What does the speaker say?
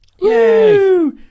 Yay